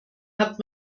hat